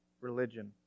religion